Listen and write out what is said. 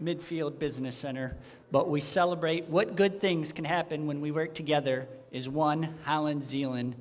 mid field business center but we celebrate what good things can happen when we worked gether is one island zealand